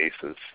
cases